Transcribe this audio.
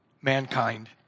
mankind